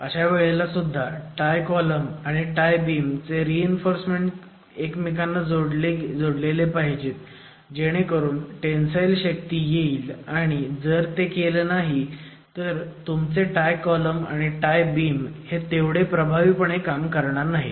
अशा वेळेला सुद्धा टाय कॉलम आणि टाय बीम चे रीइन्फोर्समेंट एकमेकांना जोडलेले पाहिजेत जेणेकरून टेंसाईल शक्ती येईल आणि जर ते केलं नाही तर तुमचे टाय कॉलम आणि टाय बीम हे तेवढे प्रभावी पणे काम करणार नाहीत